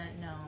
No